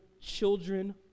children